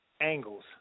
angles